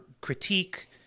critique